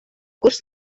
курс